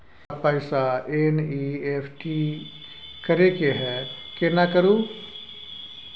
हमरा पैसा एन.ई.एफ.टी करे के है केना करू?